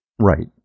Right